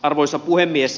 arvoisa puhemies